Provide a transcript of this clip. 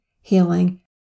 healing